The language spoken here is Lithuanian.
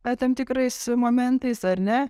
e tam tikrais momentais ar ne